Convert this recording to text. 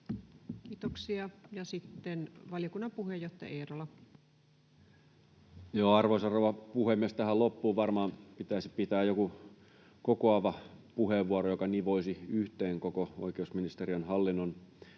Kiitoksia. — Sitten valiokunnan puheenjohtaja Eerola. Arvoisa rouva puhemies! Tähän loppuun varmaan pitäisi pitää joku kokoava puheenvuoro, joka nivoisi yhteen koko oikeusministeriön hallinnonalan